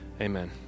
Amen